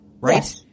right